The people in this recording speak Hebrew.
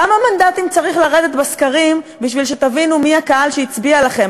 בכמה מנדטים צריך לרדת בסקרים בשביל שתבינו מי הקהל שהצביע לכם,